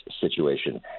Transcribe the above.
situation